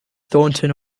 thornton